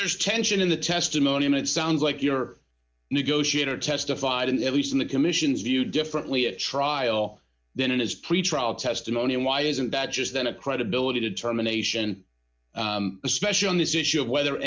there is tension in the testimonium it sounds like you are negotiator testified and at least in the commission's view differently a trial then it is pretrial testimony and why isn't that just then a credibility determination especially on this issue of whether